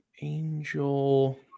Angel